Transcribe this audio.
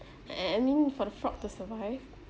I I I mean for the frog to survive